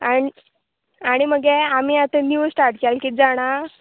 आनी आणी मगे आमी आतां न्यू स्टार्ट केला किदें जाणा